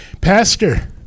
Pastor